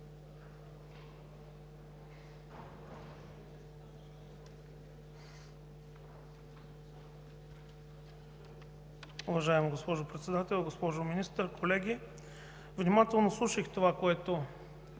Уважаема госпожо Председател, госпожо Министър, колеги! Внимателно слушах това, което